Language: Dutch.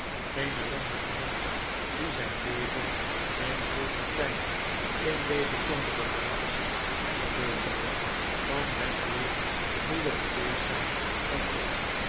geen ellendige monnik die zgn leven in vroeger tyd in deze sombere plaats verbeuzelde kan het meer moede geweest ztjn dan ik